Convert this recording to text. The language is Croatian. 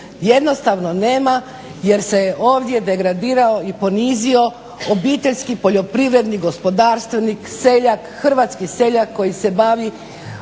Jednostavno nema jer se ovdje degradirao i ponizio obiteljski poljoprivredni gospodarstvenik, seljak, hrvatski seljak koji se bavi